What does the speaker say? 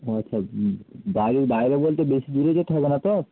ও আচ্ছা বাড়ির বাইরে বলতে বেশি দূরে যেতে হবে না তো